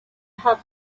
have